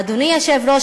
אדוני היושב-ראש,